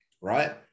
right